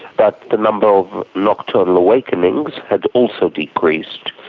but the number of nocturnal awakenings had also decreased.